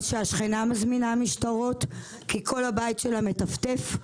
שהשכנה מזמינה משטרה כי כל הבית שלה מטפטף.